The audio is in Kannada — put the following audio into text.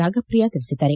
ರಾಗಪ್ರಿಯಾ ತಿಳಿಸಿದ್ದಾರೆ